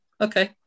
okay